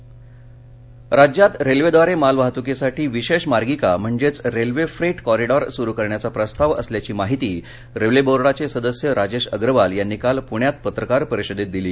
railway राज्यात रेल्वेद्वारे मालवाहतुकीसाठी विशेष मार्गिका म्हणजेच रेल्वे फ्रेट कॉरिडॉर सुरू करण्याचा प्रस्ताव असल्याची माहिती रेल्वे बोर्डाचे सदस्य राजेश अग्रवाल यांनी काल पुण्यात पत्रकार परिषदेत दिली